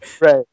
Right